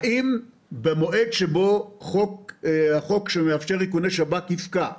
האם במועד שבו החוק שמאפשר איכוני שב"כ, אם